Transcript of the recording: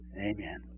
Amen